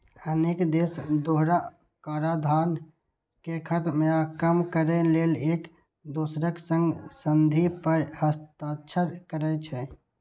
अनेक देश दोहरा कराधान कें खत्म या कम करै लेल एक दोसरक संग संधि पर हस्ताक्षर करै छै